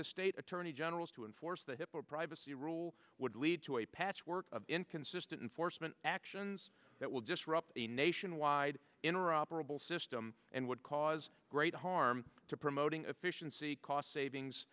the state attorney general to enforce the hippo privacy rule would lead to a patchwork of inconsistent foresman actions that will disrupt a nationwide interoperable system and would cause great harm to promoting efficiency cost savings